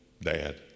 dad